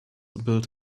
built